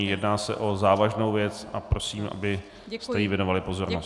Jedná se o závažnou věc a prosím, abyste jí věnovali pozornost.